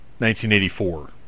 1984